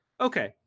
Okay